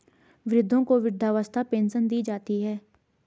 वृद्धों को वृद्धावस्था पेंशन दी जाती है